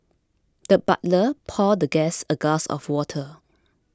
the butler poured the guest a glass of water